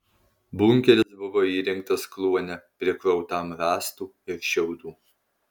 bunkeris buvo įrengtas kluone prikrautam rąstų ir šiaudų